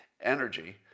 energy